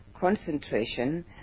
concentration